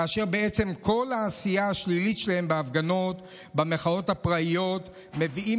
כאשר בעצם כל העשייה השלילית שלהם בהפגנות ובמחאות הפראיות מביאה